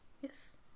Yes